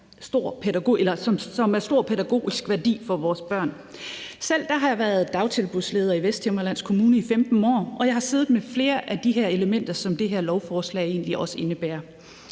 som har stor pædagogisk værdi for vores børn. Selv har jeg været dagtilbudsleder i Vesthimmerlands Kommune i 15 år, jeg har siddet med flere i de her elementer, som det her lovforslag egentlig